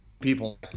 people